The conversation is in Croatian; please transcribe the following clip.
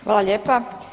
Hvala lijepa.